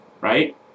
right